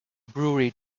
brewery